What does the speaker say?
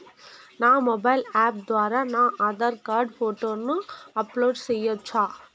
నా mobile app ద్వారా నా ఆధార్ కార్డు ఫోటోను అప్లోడ్ సేయొచ్చా?